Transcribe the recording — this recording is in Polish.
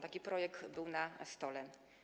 Taki projekt był na stole.